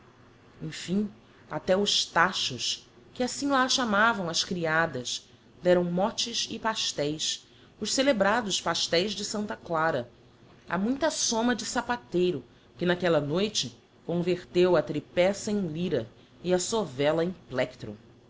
fim até os tachos que assim lá chamavam ás criadas deram motes e pasteis os celebrados pasteis de santa clara a muita somma de sapateiro que n'aquella noite converteu a tripeça em lyra e a sovella